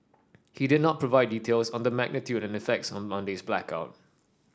he did not provide details on the magnitude and effects of Monday's blackout